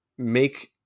make